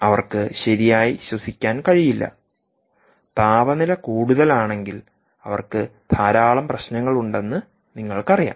അവർക്ക് ശരിയായി ശ്വസിക്കാൻ കഴിയില്ല താപനില കൂടുതലാണെങ്കിൽ അവർക്ക് ധാരാളം പ്രശ്നങ്ങളുണ്ടെന്ന് നിങ്ങൾക്കറിയാം